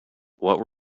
what